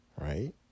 right